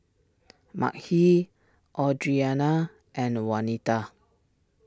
Makhi Audrianna and Wanita